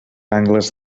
angles